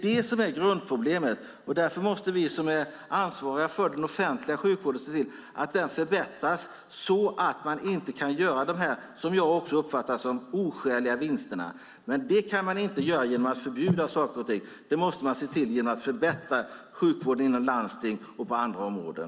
Det är grundproblemet, och därför måste vi som är ansvariga för den offentliga sjukvården se till att den förbättras så att man inte kan göra de, som också jag uppfattar det, oskäliga vinsterna. Det kan man dock inte göra genom att förbjuda saker och ting. Det måste ske genom att man förbättrar sjukvården inom landstingen och på andra områden.